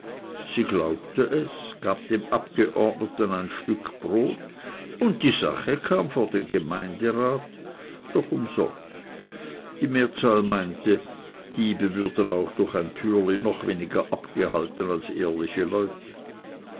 sie glaubte es gab dem abgeordneten ein stück brot und die sache kam vor den gemeinderat doch umsonst die mehrzahl meinte diebe würden durch ein türli noch weniger abgehalten als ehrliche leute